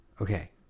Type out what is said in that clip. Okay